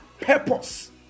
purpose